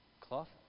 cloth